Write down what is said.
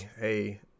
hey